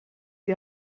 die